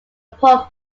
poor